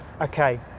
Okay